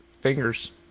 fingers